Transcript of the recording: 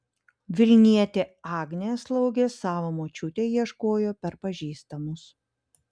vilnietė agnė slaugės savo močiutei ieškojo per pažįstamus